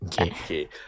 okay